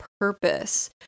purpose